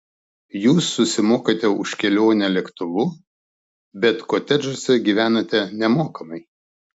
jūs susimokate už kelionę lėktuvu bet kotedžuose gyvenate nemokamai